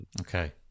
Okay